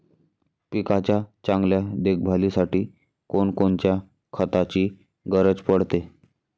पिकाच्या चांगल्या देखभालीसाठी कोनकोनच्या खताची गरज पडते?